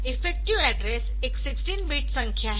effective address एक16 bit संख्या है